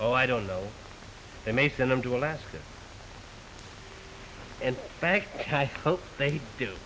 oh i don't know they may send them to alaska and back i hope they do